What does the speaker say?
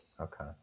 Okay